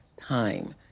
time